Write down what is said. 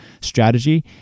strategy